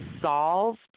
solved